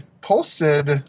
posted